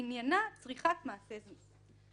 שעניינה צריכת מעשה זנות.